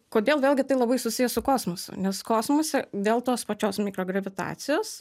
kodėl vėlgi tai labai susiję su kosmosu nes kosmose dėl tos pačios mikrogravitacijos